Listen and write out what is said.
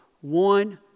one